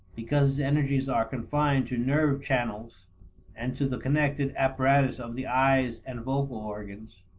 because energies are confined to nerve channels and to the connected apparatus of the eyes and vocal organs.